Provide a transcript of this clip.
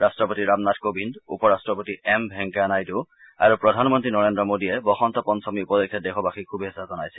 ৰট্টপতি ৰামনাথ কোবিন্দ উপৰট্টপতি এম ভেংকায়া নাইডু আৰু প্ৰধান মন্নী নৰেন্দ্ৰ মোডীয়ে বসন্ত পঞ্চমী উপলক্ষে দেশবাসীক শুভেছা জনাইছে